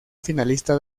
finalista